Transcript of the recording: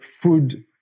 food